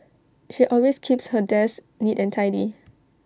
she always keeps her desk neat and tidy